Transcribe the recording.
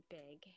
big